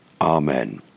Amen